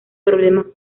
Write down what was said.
problemas